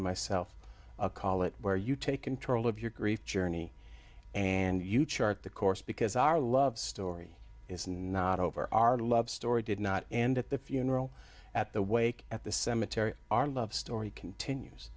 and myself a college where you take control of your grief journey and you chart the course because our love story is not over our love story did not end at the funeral at the wake at the cemetery our love story continues